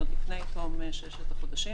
עוד לפני תום ששת החודשים.